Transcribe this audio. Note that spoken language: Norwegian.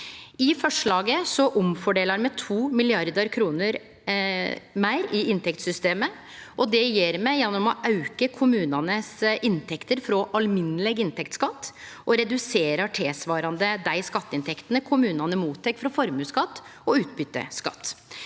I forslaget omfordeler me 2 mrd. kr meir i inntektssystemet. Det gjer me gjennom å auke kommunane sine inntekter frå alminneleg inntektsskatt og redusere tilsvarande dei skatteinntektene kommunane mottek frå formuesskatt og utbytteskatt.